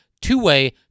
two-way